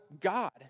God